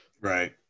Right